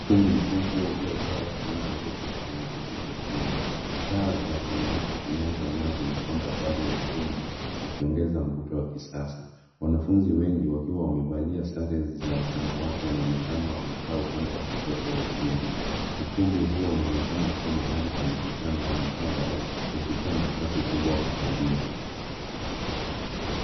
Ukumbi mkubwa umejaa, watu wengi wameketi kwenye viti vyekundu. Taa za kisasa zilizo kwenye dari na kando ya ukumbi zinaongeza mwangaza wa kuvutia. Wanafunzi wengi waliovaa sare za shule wanaonekana wamekaa upande wa kushoto wa ukumbi. Ukumbi huo unaonekana kuwa mahali pa mikutano au mihadhara, ukiwa na nafasi kubwa kwa hadhira.